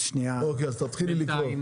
אז תתחילי לקרוא.